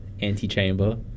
Anti-Chamber